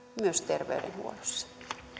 myös terveydenhuollossa